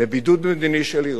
בבידוד מדיני של אירן,